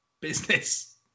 business